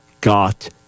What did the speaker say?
got